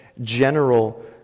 general